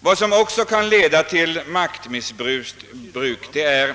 Vad som också kan leda till maktmissbruk är